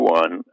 one